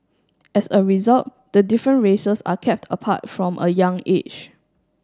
as a result the different races are kept apart from a young age